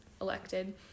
elected